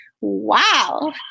Wow